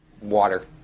water